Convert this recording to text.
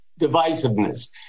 divisiveness